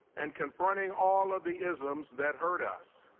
and confronting all of the isms that hurt us,